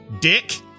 dick